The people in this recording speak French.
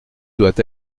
doit